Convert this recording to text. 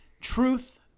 Truth